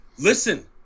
Listen